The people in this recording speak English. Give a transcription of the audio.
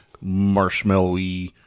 marshmallow-y